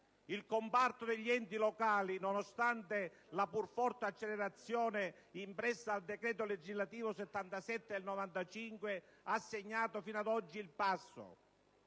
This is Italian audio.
Il comparto degli enti locali, nonostante la pur forte accelerazione impressa al decreto legislativo n. 77 del 1995, ha segnato fino ad oggi il passo.